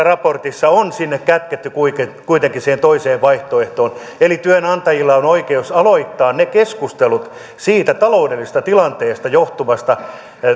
raportissa on kätketty kuitenkin siihen toiseen vaihtoehtoon eli työnantajilla on oikeus aloittaa ne keskustelut siitä taloudellisesta tilanteesta johtuvasta